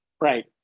Right